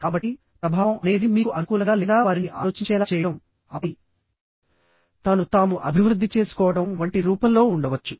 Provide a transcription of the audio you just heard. కాబట్టి ప్రభావం చూపడం అనేది మీకు అనుకూలంగా ఏదైనా పొందడం లేదా వారిని ఆలోచించేలా ప్రభావితం చేయడం ఆపై తమను తాము అభివృద్ధి చేసుకోవడం వంటి రూపంలో ఉండవచ్చు